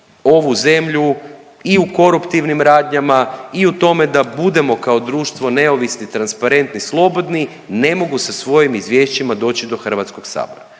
ovu zemlju i u koruptivnim radnjama i u tome da budemo kao društvo neovisni, transparentni, slobodni ne mogu sa svojim izvješćima doći do Hrvatskog sabora.